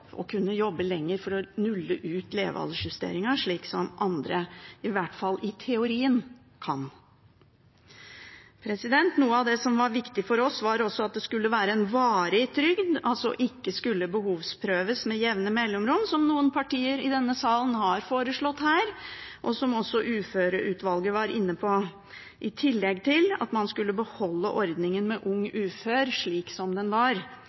å kunne jobbe lenger for å nulle ut levealdersjusteringen, slik som andre, i hvert fall i teorien, kan. Noe av det som var viktig for oss, var også at det skulle være en varig trygd, altså som ikke skulle behovsprøves med jevne mellomrom, som noen partier i denne salen har foreslått, og som også uføreutvalget var inne på. I tillegg ville vi at man skulle beholde ordningen med Ung ufør slik som den var,